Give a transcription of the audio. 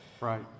Right